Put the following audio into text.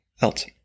else